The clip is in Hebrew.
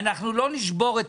אנחנו לא נשבור את